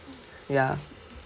ya